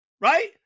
right